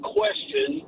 question